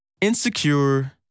insecure